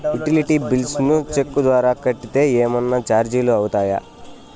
Utility bills ను cheque ద్వారా కట్టితే ఏమన్నా చార్జీలు అవుతాయా?